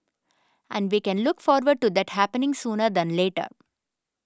and we can look forward to that happening sooner than later